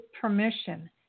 permission